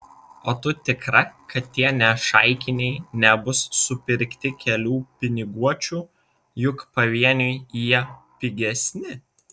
o tu tikra kad tie nešaikiniai nebus supirkti kelių piniguočių juk pavieniui jie pigesni